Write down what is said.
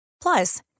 plus